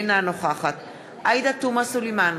אינה נוכחת עאידה תומא סלימאן,